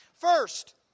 First